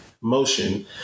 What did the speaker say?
motion